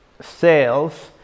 sales